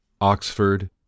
Oxford